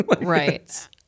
Right